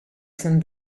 send